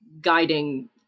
guiding